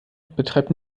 betreibt